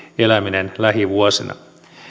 velaksieläminen lähivuosina